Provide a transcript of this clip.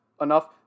enough